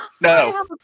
No